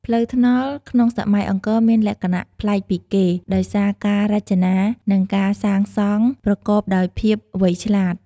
ផ្លូវថ្នល់ក្នុងសម័យអង្គរមានលក្ខណៈប្លែកពីគេ ដោយសារការរចនា និងការសាងសង់ប្រកបដោយភាពវៃឆ្លាត។